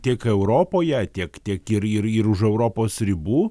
tiek europoje tiek tiek ir ir už europos ribų